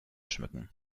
schmücken